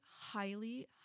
highly